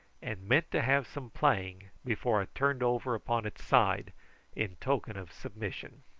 and meant to have some playing before it turned over upon its side in token of submission.